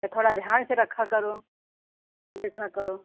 तो थोड़ा ध्यान से रखा करो देखा करो